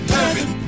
Heaven